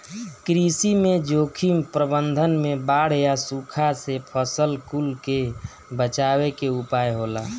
कृषि में जोखिम प्रबंधन में बाढ़ या सुखा से फसल कुल के बचावे के उपाय होला